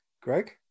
Greg